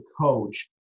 coach